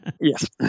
Yes